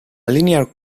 linear